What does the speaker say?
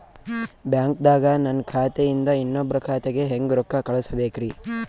ಬ್ಯಾಂಕ್ದಾಗ ನನ್ ಖಾತೆ ಇಂದ ಇನ್ನೊಬ್ರ ಖಾತೆಗೆ ಹೆಂಗ್ ರೊಕ್ಕ ಕಳಸಬೇಕ್ರಿ?